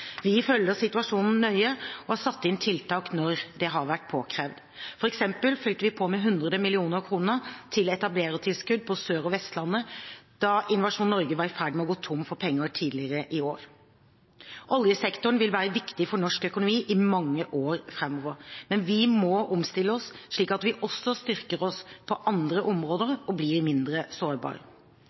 Vi følger situasjonen nøye og har satt inn tiltak når det har vært påkrevd. Vi fylte f.eks. på med 100 mill. kr til etablerertilskudd på Sør- og Vestlandet da Innovasjon Norge var i ferd med å gå tom for penger tidligere i år. Oljesektoren vil være viktig for norsk økonomi i mange år framover. Men vi må omstille oss, slik at vi også styrker oss på andre områder og blir mindre